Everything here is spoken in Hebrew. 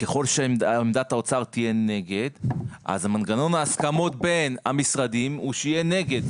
ככל שעמדת האוצר תהיה נגד אז מנגנון ההסכמות בין המשרדים הוא שיהיה נגד,